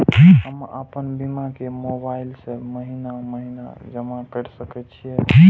हम आपन बीमा के मोबाईल से महीने महीने जमा कर सके छिये?